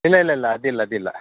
ಇಲ್ಲ ಇಲ್ಲ ಇಲ್ಲ ಅದಿಲ್ಲ ಅದಿಲ್ಲ